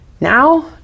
Now